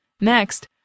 Next